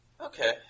Okay